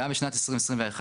גם בשנת 2021,